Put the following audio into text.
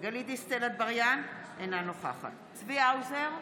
גלית דיסטל אטבריאן, אינה נוכחת צבי האוזר,